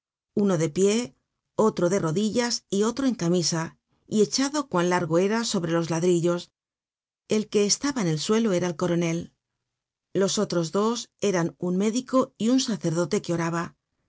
uno de pie otro de rodillas y otro en s camisa y echado cuan largo era sobre los ladrillos el que estaba en el suelo era el coronel content from google book search generated at los otros dos eran un médico y un sacerdote que oraba